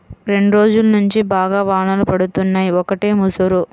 రెండ్రోజుల్నుంచి బాగా వానలు పడుతున్నయ్, ఒకటే ముసురు